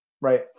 Right